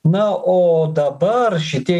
na o dabar šitie